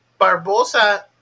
Barbosa